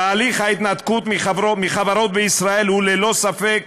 תהליך ההתנתקות מחברות בישראל הוא ללא ספק